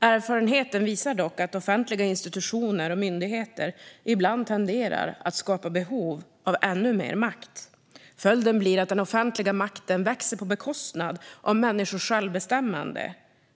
Erfarenheten visar dock att offentliga institutioner och myndigheter ibland tenderar att skapa behov av ännu mer makt. Följden blir att den offentliga makten växer på bekostnad av människors självbestämmande.